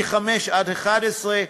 מ-2005 עד 2011,